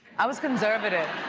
i was conservative.